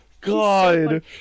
god